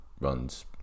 runs